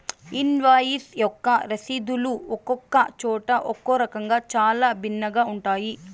invoice యొక్క రసీదులు ఒక్కొక్క చోట ఒక్కో రకంగా చాలా భిన్నంగా ఉంటాయి